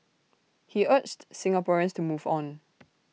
he urged Singaporeans to move on